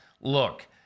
look